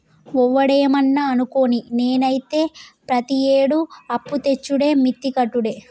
ఒవడేమన్నా అనుకోని, నేనైతే ప్రతియేడూ అప్పుతెచ్చుడే మిత్తి కట్టుడే